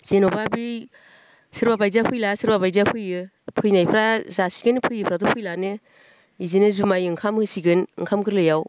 जेन'बा बै सोरबा बायदिया फैला सोरबा बायदिया फैयो फैनायफ्रा जासिगोन फैयिफ्राथ' फैलानो इदिनो जुमाय ओंखाम होसिगोन ओंखाम गोरलैयाव